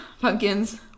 pumpkins